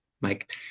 Mike